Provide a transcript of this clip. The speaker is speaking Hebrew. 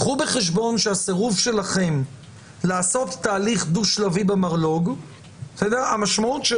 קחו בחשבון שהסירוב שלכם לעשות תהליך דו-שלבי במרלו"ג המשמעות היא